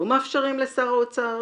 לא מאפשרים לשר האוצר